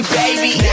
baby